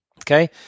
okay